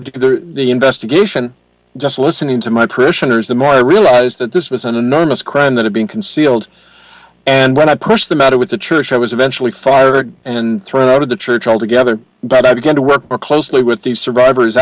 and the investigation just listening to my parishioners the more i realized that this was an anonymous crime that is being concealed and when i pushed the matter with the church i was eventually fired and thrown out of the church altogether but i began to work more closely with the survivor